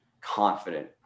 confident